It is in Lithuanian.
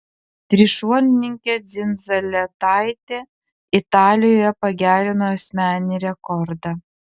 trišuolininkė dzindzaletaitė italijoje pagerino asmeninį rekordą